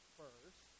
first